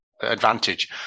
advantage